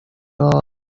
all